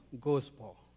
gospel